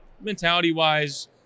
mentality-wise